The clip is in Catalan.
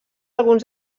alguns